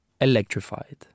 electrified